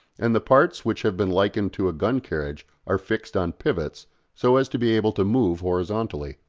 and the parts which have been likened to a gun-carriage are fixed on pivots so as to be able to move horizontally.